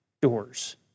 doors